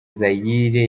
zaire